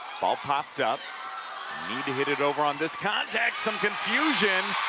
ball popped up need to hit it over on this contact some confusion,